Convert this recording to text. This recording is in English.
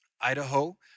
Idaho